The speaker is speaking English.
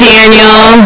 Daniel